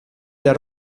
del